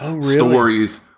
stories